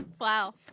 Wow